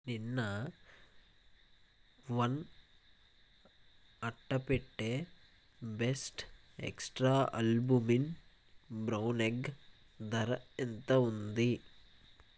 నిన్న వన్ అట్టపెట్టె best extra albumin brown egg ధర ఎంత ఉంది